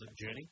Journey